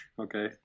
okay